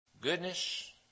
goodness